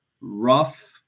rough